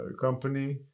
company